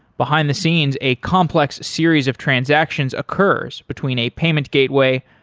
behind the scenes, a complex series of transactions occurs between a payment gateway,